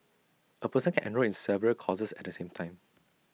A person can enrol in several courses at the same time